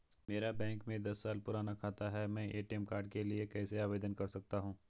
मेरा बैंक में दस साल पुराना खाता है मैं ए.टी.एम कार्ड के लिए कैसे आवेदन कर सकता हूँ?